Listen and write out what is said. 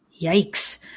Yikes